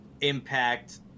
impact